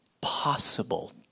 possible